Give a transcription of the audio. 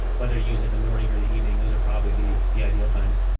whether you use it in the morning or the evening, those are probably the the ideal times yeah.